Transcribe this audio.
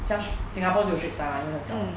像 singapore 就有 straits time 因为很小 ah